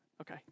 Okay